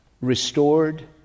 Restored